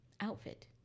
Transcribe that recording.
outfit